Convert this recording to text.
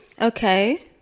Okay